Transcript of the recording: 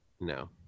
no